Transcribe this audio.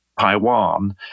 Taiwan